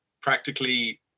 practically